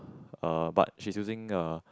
uh but she's using uh